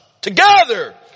together